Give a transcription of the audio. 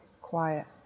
quiet